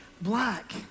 black